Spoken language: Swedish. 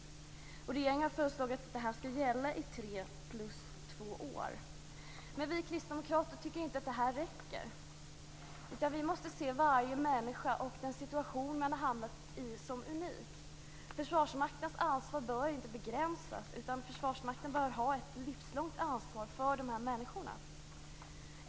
Regeringen har föreslagit att det här skall gälla i tre plus två år. Men vi kristdemokrater tycker inte att det här räcker. Vi måste se varje människa och den situation man har hamnat i som unik. Försvarsmaktens ansvar bör inte begränsas. Försvarsmakten bör ha ett livslångt ansvar för de här människorna.